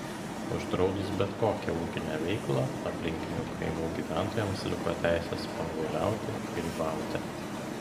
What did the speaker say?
uždraudus bet kokią ūkinę veiklą aplinkinių kaimų gyventojams liko teisė spanguoliauti grybauti